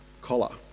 collar